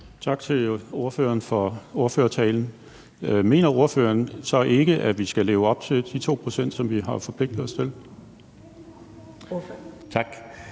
Tak til ordføreren for ordførertalen. Mener ordføreren så ikke, at vi skal leve op til de 2 pct., som vi har forpligtet os til?